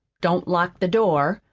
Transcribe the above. don't lock the door.